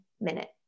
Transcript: minute